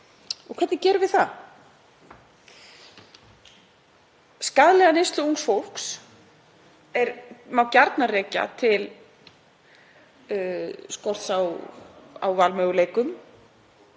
Hvernig gerum við það? Skaðlega neyslu ungs fólks má gjarnan rekja til skorts á valmöguleikum